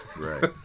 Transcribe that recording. right